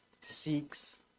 seeks